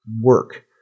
work